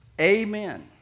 Amen